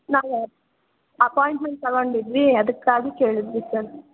ನಾವು ಅಪಾಯಿಂಟ್ಮೆಂಟ್ ತಗೊಂಡಿದ್ವಿ ಅದಕ್ಕಾಗಿ ಕೇಳಿದ್ವಿ ಸರ್